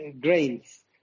grains